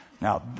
Now